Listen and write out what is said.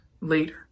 later